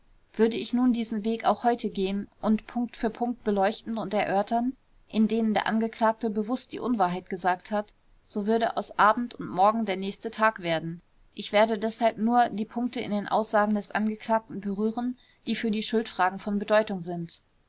würde ich nun diesen weg auch heute gehen und punkt für punkt beleuchten und erörtern in denen der angeklagte bewußt die unwahrheit gesagt hat so würde aus abend und morgen der nächste tag werden ich werde deshalb nur die punkte in den aussagen des angeklagten berühren die für die schuldfragen von bedeutung sind